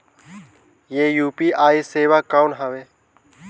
ये यू.पी.आई सेवा कौन हवे?